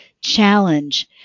challenge